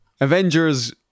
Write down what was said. Avengers